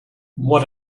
what